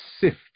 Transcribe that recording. sift